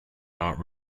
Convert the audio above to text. not